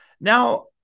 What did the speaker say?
now